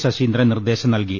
ശശീന്ദ്രൻ നിർദേശം നൽകി